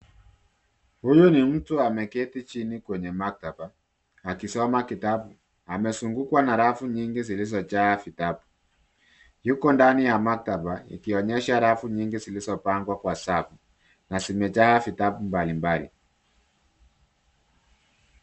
Huyu ni mtu ameketi chini kwenye maktaba akisoma kitabu . Amezungukwa na rafu nyingi zilizojaa vitabu .yuko ndani ya maktaba ikionyesha rafu nyingi zilizopangwa kwa safu, na zimejaa vitabu mbali mbali .